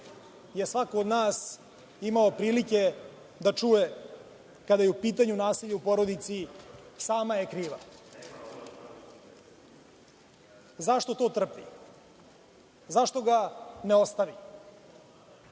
je svako od nas imao prilike da čuje kada je u pitanju nasilje u porodici – sama je kriva, zašto to trpi, zašto ga ne ostavi,